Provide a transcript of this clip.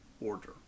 order